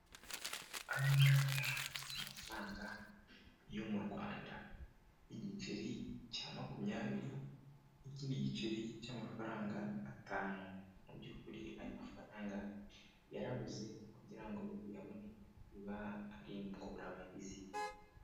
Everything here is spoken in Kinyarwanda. Aya ngaya ni amafaranga yo mu Rwanda, igiceri cya makumyabiri n'ikindi giceri cy'amafaranga atanu, mu by'ukuri ayo mafaranga yarabuze kugira ngo uyabone biba ari ingorabahizi.